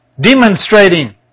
Demonstrating